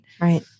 Right